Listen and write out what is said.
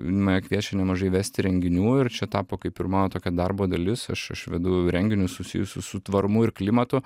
mane kviečia nemažai vesti renginių ir čia tapo kaip ir mano tokia darbo dalis aš aš vedu renginius susijusius su tvarumu ir klimatu